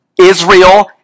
Israel